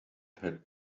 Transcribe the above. had